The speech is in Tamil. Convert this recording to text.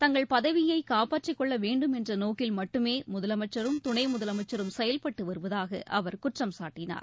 தங்கள் பதவியை காப்பாற்றிக்கொள்ள வேண்டும் என்ற நோக்கில் மட்டுமே முதலமைச்சரும் துணை முதலமைச்சரும் செயல்பட்டு வருவதாக அவர் குற்றம்சாட்டினார்